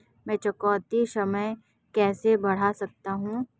मैं चुकौती समय कैसे बढ़ा सकता हूं?